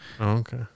Okay